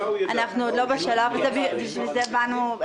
אנחנו עוד לא בשלב הזה ובשביל זה באנו.